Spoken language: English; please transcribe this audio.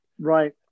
Right